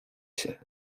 się